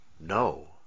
no